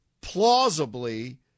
plausibly